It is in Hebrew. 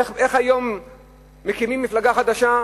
איך היום מקימים מפלגה חדשה?